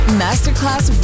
masterclass